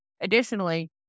Additionally